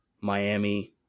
miami